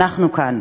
אנחנו כאן,